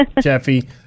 Jeffy